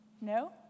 No